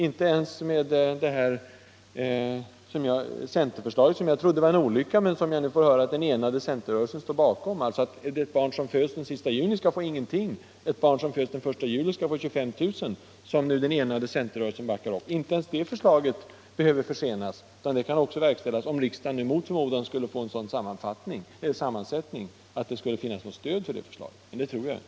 Inte ens det centerförslag som jag trodde var en olyckshändelse, men som jag nu får höra att den enade centerrörelsen står bakom =— alltså att det barn som föds den sista juni inte skall få någonting, men det barn som föds den 1 juli skall få 25 000 kr. — behöver försenas. Det kan också verkställas om riksdagen mot förmodan får en sådan sammansättning att det skulle finnas stöd för det förslaget. Men det tror jag inte.